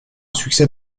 succès